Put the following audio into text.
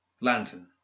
lantern